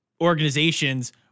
organizations